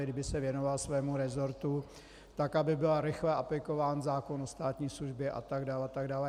Kdyby se věnoval svému resortu tak, aby byl rychle aplikován zákon o státní službě, a tak dál, a tak dál.